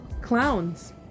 clowns